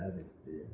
जालें इतलेंच